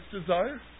desire